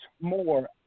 more